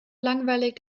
langweilig